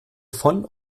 von